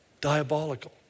diabolical